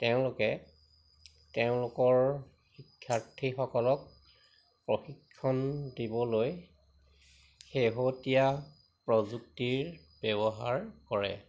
তেওঁলোকে তেওঁলোকৰ শিক্ষাৰ্থীসকলক প্ৰশিক্ষণ দিবলৈ শেহতীয়া প্ৰযুক্তিৰ ব্যৱহাৰ কৰে